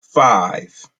five